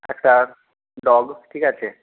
একটা ডগ ঠিক আছে